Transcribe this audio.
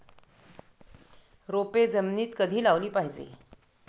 रोपे जमिनीत कधी लावली पाहिजे?